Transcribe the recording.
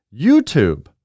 YouTube